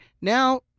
Now